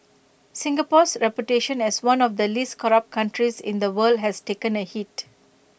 Singapore's reputation as one of the least corrupt countries in the world has taken A hit